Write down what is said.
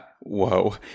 whoa